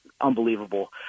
unbelievable